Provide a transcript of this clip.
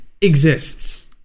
exists